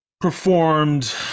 performed